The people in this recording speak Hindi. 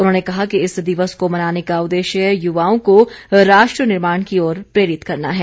उन्होंने कहा कि इस दिवस को मनाने का उद्देश्य युवाओं को राष्ट्र निर्माण की ओर प्रेरित करना है